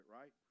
right